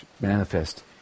manifest